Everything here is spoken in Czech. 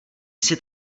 jsi